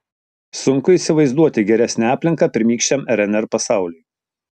sunku įsivaizduoti geresnę aplinką pirmykščiam rnr pasauliui